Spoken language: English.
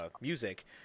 music